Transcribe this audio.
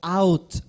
out